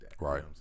Right